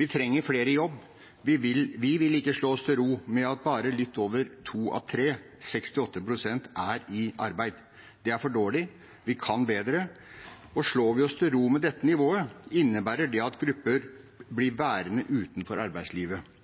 Vi trenger flere i jobb. Vi vil ikke slå oss til ro med at bare litt over to av tre – 68 pst. – er i arbeid. Det er for dårlig, vi kan bedre. Slår vi oss til ro med dette nivået, innebærer det at grupper blir værende utenfor arbeidslivet.